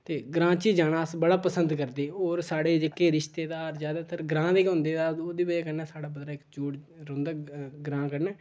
ते ग्रांऽ च जाना अस बड़ा पसंद करदे होर साढ़े जेह्के रिश्तेदार जैदातर ग्रांऽ दे गै होंदे ओह्दी बजह् कन्नै साढ़ा मतलब इक जोड़ रौंह्दा गा ग्रांऽ कन्नै